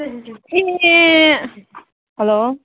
hello